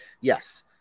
Yes